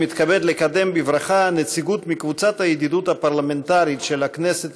אני מתכבד לקדם בברכה נציגות מקבוצת הידידות הפרלמנטרית של הכנסת